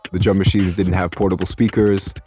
the drum machines didn't have portable speakers.